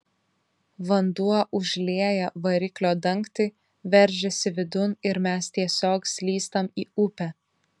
vanduo užlieja variklio dangtį veržiasi vidun ir mes tiesiog slystam į upę